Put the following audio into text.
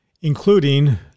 including